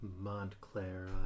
Montclair